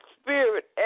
spirit